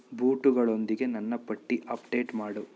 ಬೂಟುಗಳೊಂದಿಗೆ ನನ್ನ ಪಟ್ಟಿ ಅಪ್ಡೇಟ್ ಮಾಡು